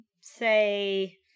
say